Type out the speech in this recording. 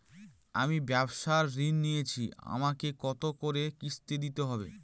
আমি ব্যবসার ঋণ নিয়েছি আমাকে কত করে কিস্তি দিতে হবে?